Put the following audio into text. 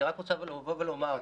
אני רק רוצה לומר --- אגב,